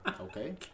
Okay